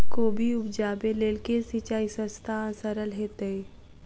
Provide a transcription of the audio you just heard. कोबी उपजाबे लेल केँ सिंचाई सस्ता आ सरल हेतइ?